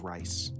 Rice